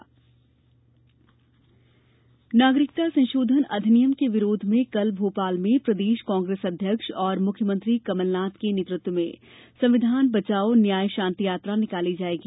CAA विरोध नागरिकता संशोधन अधिनियम के विरोध में कल भोपाल में प्रदेश कांग्रेस अध्यक्ष एवं मुख्यमंत्री कमलनाथ के नेतृत्व में संविधान बचाओ न्याय शांति यात्रा निकाली जाएगी